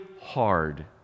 hard